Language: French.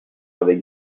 avec